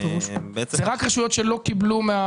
זה רק רשויות שלא קיבלו?